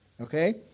okay